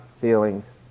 feelings